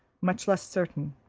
much less certain.